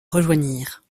rejoignirent